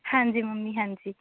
ਹਾਂਜੀ ਮੰਮੀ ਹਾਂਜੀ